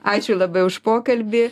ačiū labai už pokalbį